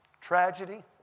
Tragedy